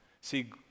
See